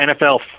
NFL